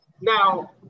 now